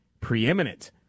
preeminent